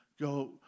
go